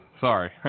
Sorry